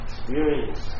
Experience